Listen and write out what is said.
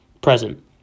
Present